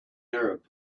arab